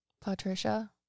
Patricia